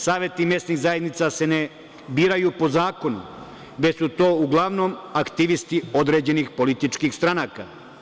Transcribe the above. Saveti mesnih zajednica se ne biraju po zakonu, već su to uglavnom aktivisti određenih političkih stranaka.